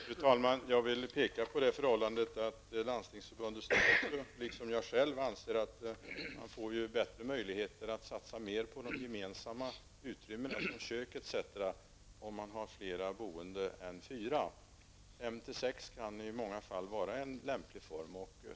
Fru talman! Jag vill peka på det förhållandet att Landstingsförbundets styrelse liksom jag själv anser att man får bättre möjligheter att satsa mer på gemensamma utrymmen, kök etc., om man har flera boende än fyra. Fem till sex kan i många fall vara en lämplig form.